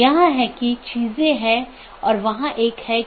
तो यह एक पूर्ण meshed BGP सत्र है